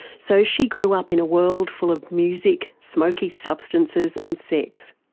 so she grew up in a world full of music, smoky substances and sex.